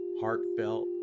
heartfelt